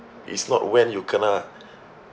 it's not when you kena